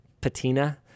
patina